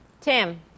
Tim